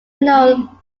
known